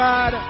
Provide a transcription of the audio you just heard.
God